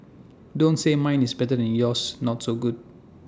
don't say mine is better than yours not so good